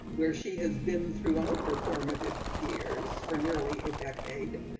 where she has been throughout her formative years for nearly a decade.